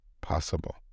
possible